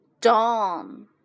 dawn